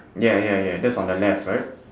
ya ya ya that's on the left right